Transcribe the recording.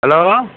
hello